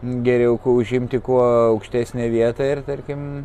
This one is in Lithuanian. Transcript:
geriau ku užimti kuo aukštesnę vietą ir tarkim